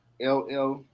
LL